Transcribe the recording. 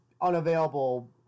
unavailable